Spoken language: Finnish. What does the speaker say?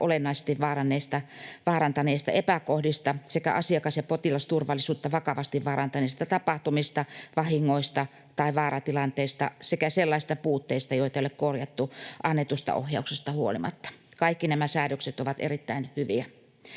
olennaisesti vaarantaneista epäkohdista sekä asiakas- ja potilasturvallisuutta vakavasti vaarantaneista tapahtumista, vahingoista tai vaaratilanteista sekä sellaisista puutteista, joita ei ole korjattu annetusta ohjauksesta huolimatta. Kaikki nämä säädökset ovat erittäin hyviä.